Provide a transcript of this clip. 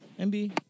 MB